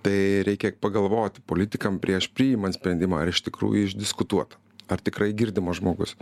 tai reikia pagalvoti politikam prieš priimant sprendimą ar iš tikrųjų išdiskutuoti ar tikrai girdimas žmogus